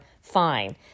fine